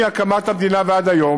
מהקמת המדינה ועד היום,